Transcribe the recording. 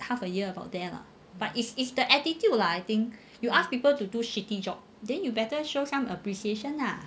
half a year about there lah but it is the attitude lah I think you ask people to do some shitty job then you better show some appreciation lah